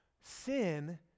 Sin